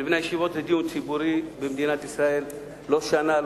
לבני-הישיבות זה דיון ציבורי במדינת ישראל לא שנה,